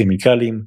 כימיקלים,